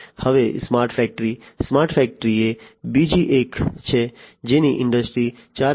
હવે smart factory smart factory એ બીજી એક છે જેની ઇન્ડસ્ટ્રી 4